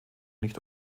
nicht